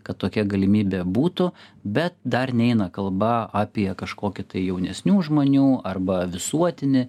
kad tokia galimybė būtų bet dar neina kalba apie kažkokį tai jaunesnių žmonių arba visuotinį